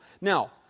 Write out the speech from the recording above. Now